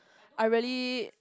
I really